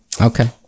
okay